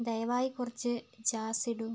ദയവായി കുറച്ച് ജാസ് ഇടൂ